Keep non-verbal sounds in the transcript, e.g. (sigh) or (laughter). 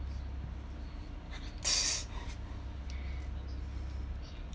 (noise)